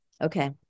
Okay